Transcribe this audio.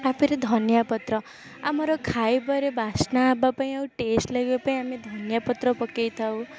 ତା'ପରେ ଧନିଆପତ୍ର ଆମର ଖାଇବାରେ ବାସ୍ନା ହେବାପାଇଁ ଆଉ ଟେଷ୍ଟ୍ ଲାଗିବାପାଇଁ ଆମେ ଧନିଆପତ୍ର ପକେଇଥାଉ